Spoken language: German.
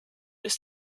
ist